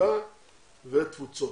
קליטה ותפוצות,